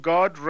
God